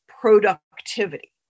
productivity